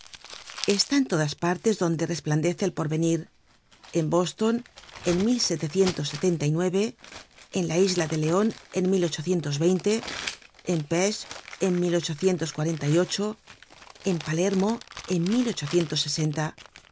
en todas partes donde resplandece el porvenir en boston en en la isla de leon en en pesth en en palermo en